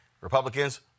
Republicans